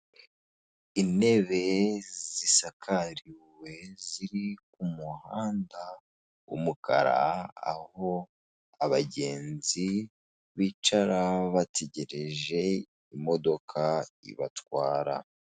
Mu muhanda, indabyo, amapoto, ibiti, imikindo, imodoka insinga.